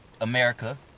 America